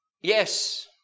Yes